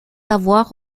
avoir